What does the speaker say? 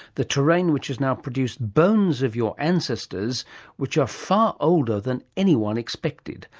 the terrain which has now produced bones of your ancestors which are far older than anyone expected,